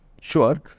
Sure